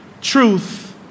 truth